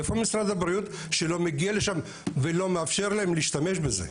איפה משרד הבריאות שלא מגיע לשם ולא מאפשר להן להשתמש בזה?